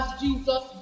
jesus